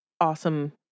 awesome